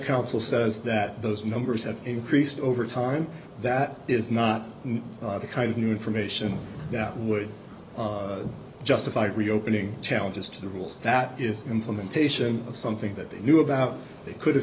counsel says that those numbers have increased over time that is not the kind of new information that would justify reopening challenges to the rules that is implementation of something that they knew about they could